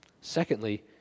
Secondly